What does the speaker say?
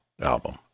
album